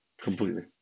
completely